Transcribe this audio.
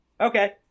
Okay